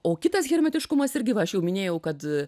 o kitas hermetiškumas irgi va aš jau minėjau kad